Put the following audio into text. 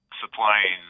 supplying